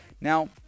Now